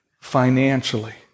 financially